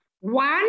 One